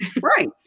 Right